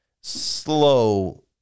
slow